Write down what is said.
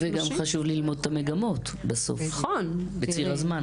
גם חשוב ללמוד את המגמות בסוף, בציר הזמן.